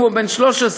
אם הוא בן 13,